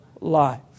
life